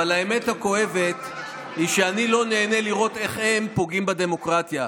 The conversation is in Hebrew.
אבל האמת הכואבת היא שאני לא נהנה לראות איך הם פוגעים בדמוקרטיה,